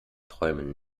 träumen